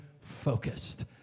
focused